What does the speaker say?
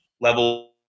level